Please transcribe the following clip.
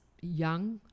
young